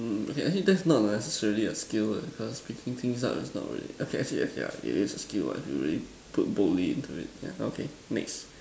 mm okay I think that's not necessarily a skill cause picking things up is not really okay actually yes ya it is a skill if you put both limb into it okay next